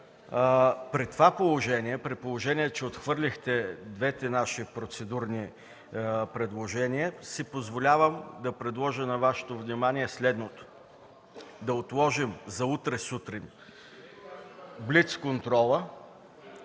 При положение че отхвърлихте двете наши процедурни предложения, си позволявам да предложа на Вашето внимание следното: да отложим за утре сутрин блиц контрола